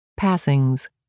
Passings